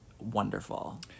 wonderful